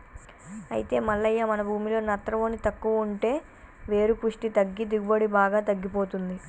అయితే మల్లయ్య మన భూమిలో నత్రవోని తక్కువ ఉంటే వేరు పుష్టి తగ్గి దిగుబడి బాగా తగ్గిపోతుంది